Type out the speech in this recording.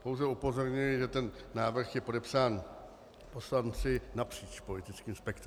Pouze upozorňuji, že ten návrh je podepsán poslanci napříč politickým spektrem.